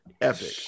epic